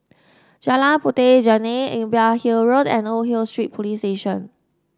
Jalan Puteh Jerneh Imbiah Hill Road and Old Hill Street Police Station